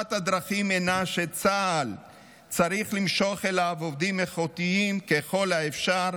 אחת הדרכים היא שצה"ל צריך למשוך אליו עובדים איכותיים ככל האפשר,